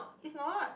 is not